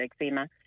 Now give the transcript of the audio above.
eczema